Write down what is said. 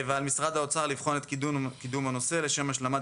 על משרד האוצר לבחון את קידום הנושא לשם השלמת